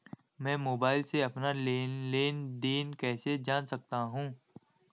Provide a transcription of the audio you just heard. मैं मोबाइल से अपना लेन लेन देन कैसे जान सकता हूँ?